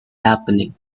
happening